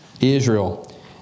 Israel